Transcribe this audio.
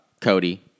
Cody